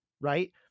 Right